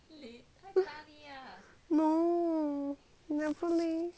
no never leh